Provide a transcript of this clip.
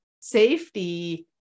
safety